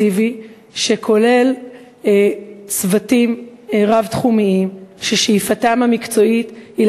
אינטנסיבי שכולל צוותים רב-תחומיים ששאיפתם המקצועית היא